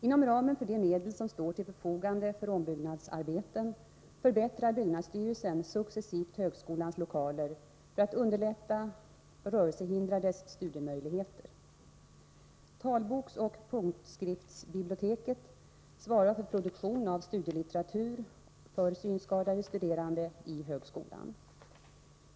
Inom ramen för de medel som står till förfogande för ombyggnadsarbeten förbättrar byggnadsstyrelsen successivt högskolans lokaler för att underlätta rörelsehindrades studiemöjligheter. Talboksoch punktskriftsbiblioteket svarar för produktion av studielitteratur för synskadade studerande i högskolan.